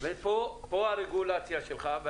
פה הרגולציה שלך לא...